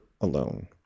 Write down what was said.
alone